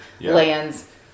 lands